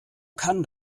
kann